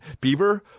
Bieber